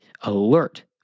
alert